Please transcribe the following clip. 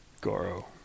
Goro